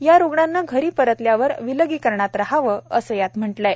या रुग्णानं घरी परतल्यावर विलगीकरणात राहावं असं यात म्हटलं आहे